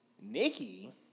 Nikki